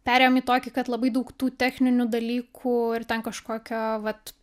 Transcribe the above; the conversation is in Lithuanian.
perėjom į tokį kad labai daug tų techninių dalykų ir ten kažkokia vat